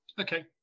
okay